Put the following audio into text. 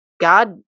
God